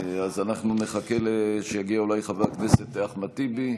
אז אנחנו נחכה שיגיע חבר הכנסת אחמד טיבי.